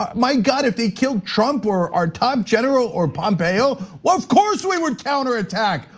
um my god if they killed trump or our top general or pompeo. well, of course, we would counter attack.